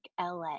LA